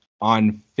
on